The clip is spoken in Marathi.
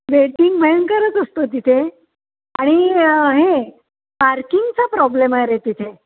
वेटींग भयंकरच असतं तिथे आणि हे पार्किंगचा प्रॉब्लेम आहे रे तिथे